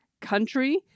Country